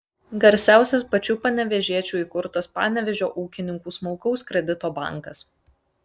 garsiausias pačių panevėžiečių įkurtas panevėžio ūkininkų smulkaus kredito bankas